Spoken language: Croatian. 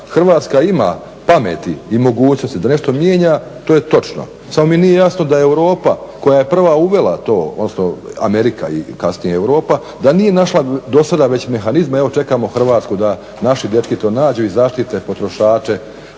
Hrvatska ima pameti i mogućnosti da nešto mijenja, to je točno, samo mi nije jasno da Europa koja je prva uvela to odnosno Amerika kasnije i Europa da nije do sada našla mehanizme, evo čekamo Hrvatsku da naši dečki to nađu i zaštite potrošače